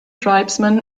tribesmen